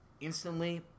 Instantly